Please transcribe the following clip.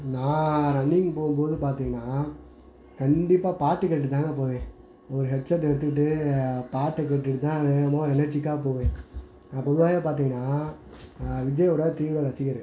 நான் ரன்னிங் போகும் போது பார்த்தீங்கன்னா கண்டிப்பாக பாட்டு கேட்டுட்டுதாங்க போவேன் ஒரு ஹெட்செட்டை எடுத்துகிட்டு பாட்டை கேட்டுகிட்டு தான் தினமும் எனர்ஜிக்கா போவேன் நான் பொதுவாகவே பார்த்தீங்கன்னா விஜய்யோட தீவிர ரசிகர்